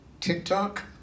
TikTok